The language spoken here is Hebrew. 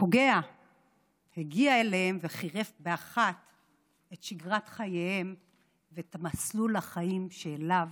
שהפוגע הגיע אליהם וחירב באחת את שגרת חייהם ואת מסלול החיים שאליו